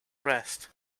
rest